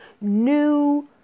new